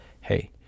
hey